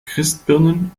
christbirnen